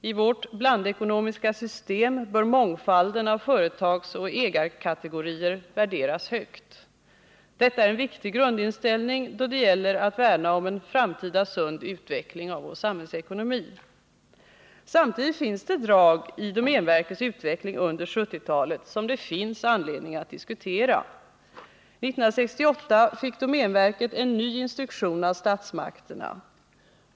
I vårt blandekonomiska system bör mångfalden av företagsoch ägarkategorier värderas högt. Detta är en viktig grundinställning då det gäller att värna om en framtida sund utveckling av vår samhällsekonomi. Samtidigt finns det drag i domänverkets utveckling under 1970-talet som det finns anledning att diskutera. 1968 fick domänverket en ny instruktion av statsmakterna.